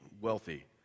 wealthy